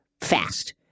fast